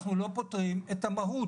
אנחנו לא פותרים את המהות.